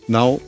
Now